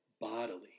bodily